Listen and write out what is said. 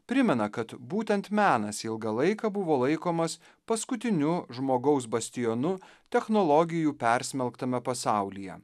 primena kad būtent menas ilgą laiką buvo laikomas paskutiniu žmogaus bastionu technologijų persmelktame pasaulyje